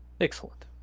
Excellent